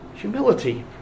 Humility